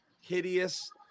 hideous